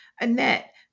Annette